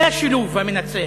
זה השילוב המנצח.